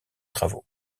travaux